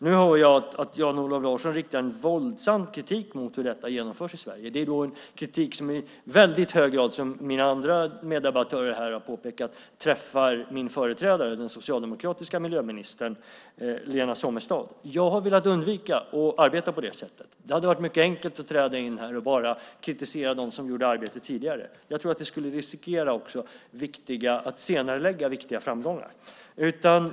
Nu hör jag att Jan-Olof Larsson riktar en våldsam kritik mot hur detta genomförs i Sverige. Det är en kritik som i väldigt hög grad, vilket andra debattörer här har påpekat, träffar min företrädare, den socialdemokratiska miljöministern Lena Sommestad. Jag har velat undvika att arbeta på det sättet. Det hade varit mycket enkelt att träda in här och bara kritisera dem som gjorde arbetet tidigare, men jag tror att detta skulle riskera att senarelägga viktiga framgångar.